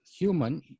human